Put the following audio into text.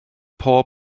pob